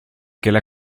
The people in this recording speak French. qu’elle